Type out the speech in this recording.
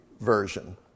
version